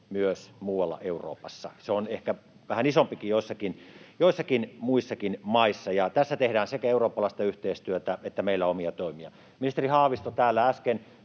myös muualla Euroopassa. Se on ehkä vähän isompikin joissakin muissa maissa, ja tässä tehdään sekä eurooppalaista yhteistyötä että meillä omia toimia. Ministeri Haavisto täällä äsken